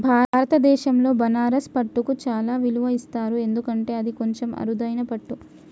భారతదేశంలో బనారస్ పట్టుకు చాలా విలువ ఇస్తారు ఎందుకంటే అది కొంచెం అరుదైన పట్టు